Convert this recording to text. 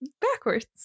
backwards